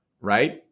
right